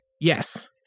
Yes